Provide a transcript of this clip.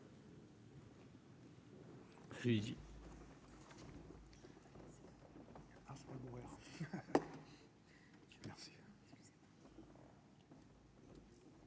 Merci.